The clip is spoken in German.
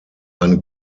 eine